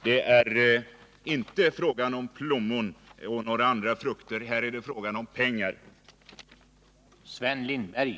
Det är inte fråga om plommon eller några andra frukter, här är det fråga om människor och pengar.